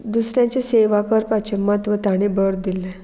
दुसऱ्यांचे सेवा करपाचें म्हत्व ताणें बर दिलें